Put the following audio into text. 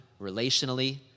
relationally